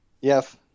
Yes